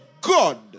God